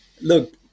look